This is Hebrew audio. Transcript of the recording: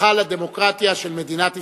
היכל הדמוקרטיה של מדינת ישראל.